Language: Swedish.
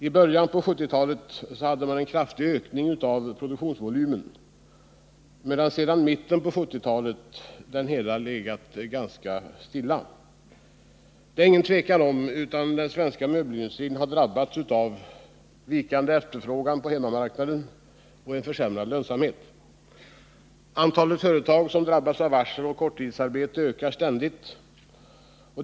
I början av 1970-talet skedde en kraftig ökning av produktionsvolymen, som sedan mitten av 1970-talet varit ganska konstant. Det är inget tvivel om att den svenska möbelindustrin har drabbats av vikande efterfrågan på hemmamarknaden och en försämrad lönsamhet. Antalet företag som drabbas av varsel och korttidsarbete ökar ständigt.